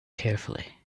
carefully